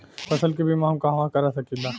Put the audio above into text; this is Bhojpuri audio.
फसल के बिमा हम कहवा करा सकीला?